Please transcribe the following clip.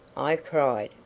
i cried,